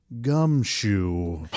gumshoe